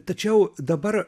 tačiau dabar